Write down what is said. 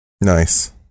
Nice